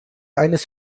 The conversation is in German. eines